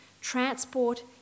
transport